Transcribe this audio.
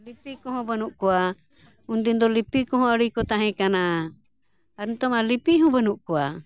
ᱞᱤᱯᱤ ᱠᱚᱦᱚᱸ ᱵᱟᱹᱱᱩᱜ ᱠᱚᱣᱟ ᱩᱱ ᱫᱤᱱ ᱫᱚ ᱞᱤᱯᱤ ᱠᱚᱦᱚᱸ ᱟᱹᱰᱤ ᱠᱚ ᱛᱟᱦᱮᱸ ᱠᱟᱱᱟ ᱟᱨ ᱱᱤᱛᱳᱜ ᱢᱟ ᱞᱤᱯᱤ ᱦᱚᱸ ᱵᱟᱹᱱᱩᱜ ᱠᱚᱣᱟ